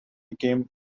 became